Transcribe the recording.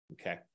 okay